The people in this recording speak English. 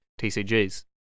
TCGs